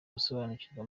gusobanurirwa